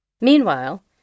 Meanwhile